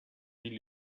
viel